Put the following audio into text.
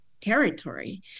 territory